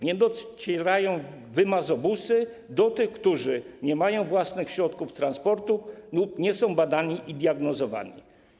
Nie docierają wymazobusy do tych, którzy nie mają własnych środków transportu lub nie są badani i diagnozowani.